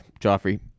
Joffrey